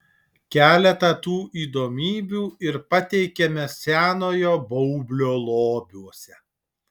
keletą tų įdomybių ir pateikiame senojo baublio lobiuose